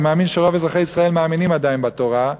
ואני מאמין שרוב ישראל מאמינים עדיין בתורה,